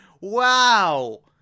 Wow